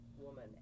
woman